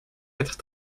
être